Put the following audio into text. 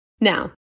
Now